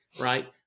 right